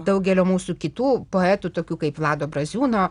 daugelio mūsų kitų poetų tokių kaip vlado braziūno